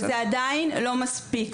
וזה עדיין לא מספיק.